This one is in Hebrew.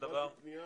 קיבלתי פנייה